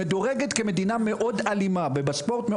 מדורגת כמדינה מאוד אלימה בספורט.